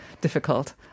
difficult